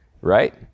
right